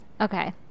okay